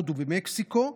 הודו ומקסיקו,